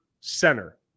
center